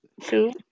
Two